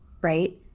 right